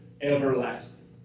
everlasting